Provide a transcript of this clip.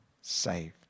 saved